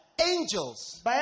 angels